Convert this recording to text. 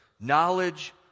Knowledge